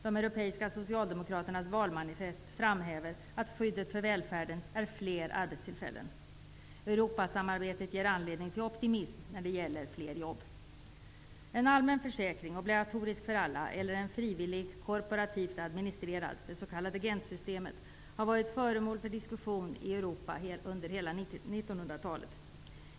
De europeiska socialdemokraternas valmanifest framhäver att skyddet för välfärden är fler arbetstillfällen. Europasamarbetet ger anledning till optimism när det gäller fler jobb. En allmän försäkring obligatorisk för alla eller en frivillig korporativt administrerad -- det s.k. Gentsystemet -- har varit föremål för diskussion i Europa under hela 1900-talet.